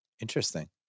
Interesting